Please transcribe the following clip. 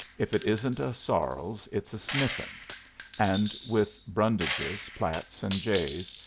if it isn't a sarles, it's a sniffen and with brundages, platts, and jays,